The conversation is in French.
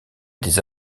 des